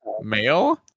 Male